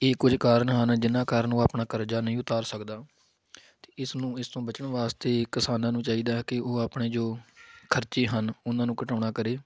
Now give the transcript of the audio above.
ਇਹ ਕੁਝ ਕਾਰਨ ਹਨ ਜਿਨ੍ਹਾਂ ਕਾਰਨ ਉਹ ਆਪਣਾ ਕਰਜ਼ਾ ਨਹੀਂ ਉਤਾਰ ਸਕਦਾ ਇਸਨੂੰ ਇਸ ਤੋਂ ਬਚਣ ਵਾਸਤੇ ਕਿਸਾਨਾਂ ਨੂੰ ਚਾਹੀਦਾ ਹੈ ਕਿ ਉਹ ਆਪਣੇ ਜੋ ਖਰਚੇ ਹਨ ਉਹਨਾਂ ਨੂੰ ਘਟਾਉਣਾ ਕਰੇ